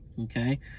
okay